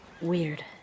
weird